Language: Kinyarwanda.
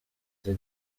ati